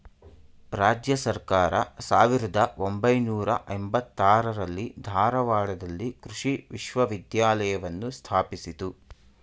ರಾಜ್ಯ ಸರ್ಕಾರ ಸಾವಿರ್ದ ಒಂಬೈನೂರ ಎಂಬತ್ತಾರರಲ್ಲಿ ಧಾರವಾಡದಲ್ಲಿ ಕೃಷಿ ವಿಶ್ವವಿದ್ಯಾಲಯವನ್ನು ಸ್ಥಾಪಿಸಿತು